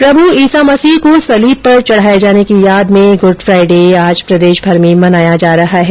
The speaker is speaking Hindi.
प्रभू ईसा मसीह को सलीब पर चढ़ाए जाने की याद में गुड फ्राइडे आज प्रदेशभर में मनाया जा रहा है